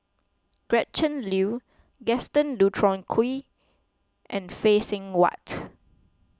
Gretchen Liu Gaston Dutronquoy and Phay Seng Whatt